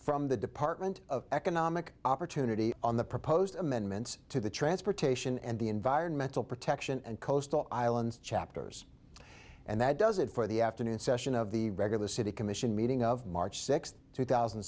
from the department of economic opportunity on the proposed amendments to the transportation and the environmental protection and coastal islands chapters and that does it for the afternoon session of the regular city commission meeting of march sixth two thousand